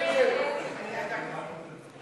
ההסתייגויות לסעיף 41,